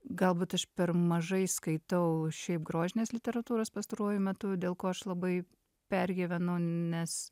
galbūt aš per mažai skaitau šiaip grožinės literatūros pastaruoju metu dėl ko aš labai pergyvenu nes